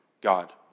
God